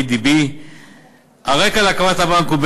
ADB. הרקע להקמת הבנק הוא,